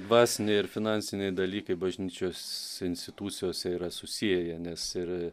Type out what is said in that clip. dvasiniai ir finansiniai dalykai bažnyčios institucijose yra susieję nes ir